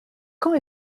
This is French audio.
quand